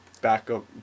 backup